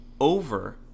over